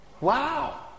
Wow